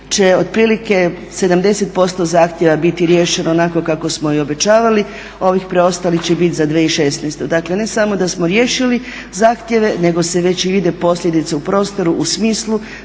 će otprilike 70% zahtjeva biti riješeno onako kako smo i obećavali, ovih preostalih će biti za 2016. Dakle ne samo da smo riješili zahtjeve nego se već vide posljedice u prostoru, u smislu